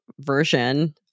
version